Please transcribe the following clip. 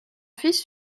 fils